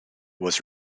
was